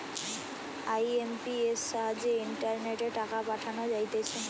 IMPS সাহায্যে ইন্টারনেটে টাকা পাঠানো যাইতেছে